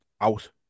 out